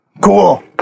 Cool